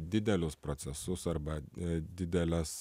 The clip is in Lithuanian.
didelius procesus arba dideles